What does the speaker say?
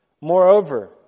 Moreover